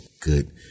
good